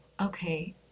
okay